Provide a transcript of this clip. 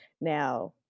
Now